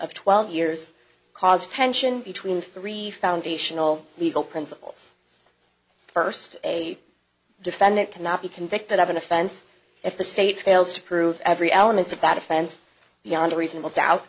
of twelve years caused tension between three foundational legal principles first a defendant cannot be convicted of an offense if the state fails to prove every elements of that offense beyond a reasonable dou